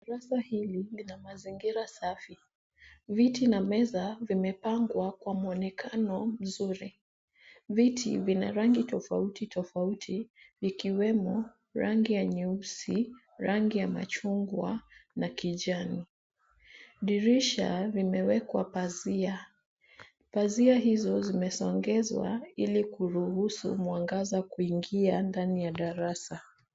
Darasa hili lina mazingira safi. Viti na meza zimepangwa kwa muonekano mzuri. Viti vina rangi tofautitofauti vikiwemo rangi ya nyeusi, rangi ya machungwa na kijani. Dirisha limewekwa pazia. Pazia hizo zimesogezwa ili kuruhusu mwanga kuingia ndani ya darasa.